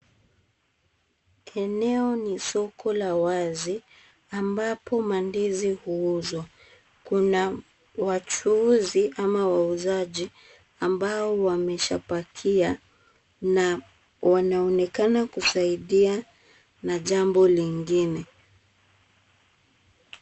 Eneo ni soko la wazi ambapo mandizi huuzwa. Kuna wachuuzi ama wauzaji ambao wameshapakia na wanaonekana kusaidia na jambo lingine.